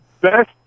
best